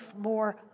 more